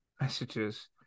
messages